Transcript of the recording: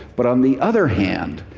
but on the other hand,